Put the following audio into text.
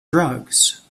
drugs